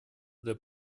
для